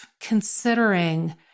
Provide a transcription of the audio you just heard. considering